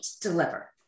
deliver